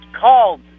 called